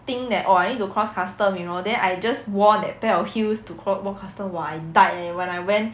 think that oh I need to cross custom you know then I just wore that pair of heels to cro~ walk custom what !wah! I died eh when I went